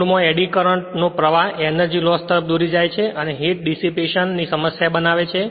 મૂળમાં એડી કરંટનો પ્રવાહ એનર્જિલોસ તરફ દોરી જાય છે અને હિટ ડીસીપેશન ની સમસ્યા બનાવે છે